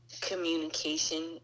communication